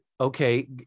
okay